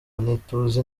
ntituzi